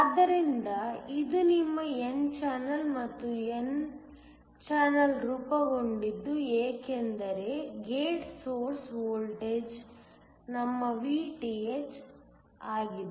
ಆದ್ದರಿಂದ ಇದು ನಿಮ್ಮ n ಚಾನಲ್ ಮತ್ತು n ಚಾನೆಲ್ ರೂಪಗೊಂಡಿದ್ದು ಏಕೆಂದರೆ ಗೇಟ್ ಸೊರ್ಸ್ ವೋಲ್ಟೇಜ್ ನಮ್ಮ Vth ಆಗಿದೆ